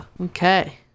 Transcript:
okay